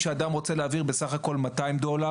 כשאדם רוצה להעביר בסך הכל 200 דולר